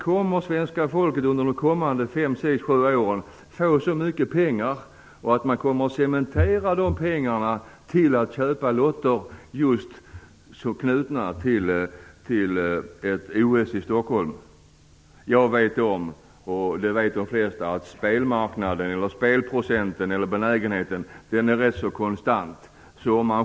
Kommer svenska folket under de kommande sex sju åren att få så mycket pengar, och kommer man cementera de pengarna genom att köpa lotter knutna just till ett OS i Stockholm? Jag vet, och det vet de flesta, att spelmarknaden och spelbenägenheten är rätt så konstant.